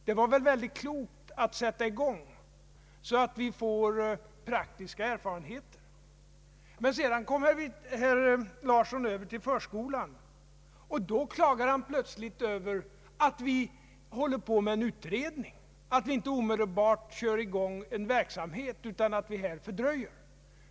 Det var väl mycket klokt att sätta i gång verksamheten så att vi får praktiska erfarenheter. Herr Larsson kom sedan över till förskolan och klagade då plötsligt över att det pågår en utredning och att vi inte omedelbart kör i gång en verksamhet utan fördröjer det hela.